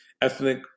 ethnic